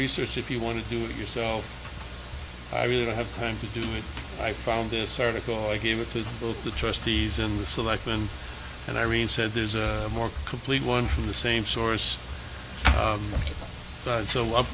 research if you want to do it yourself i really don't have time to do i found this article i gave it to both the trustees and the selectmen and i read said there's a more complete one from the same source